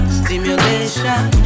stimulation